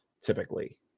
typically